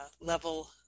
level